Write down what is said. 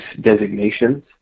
designations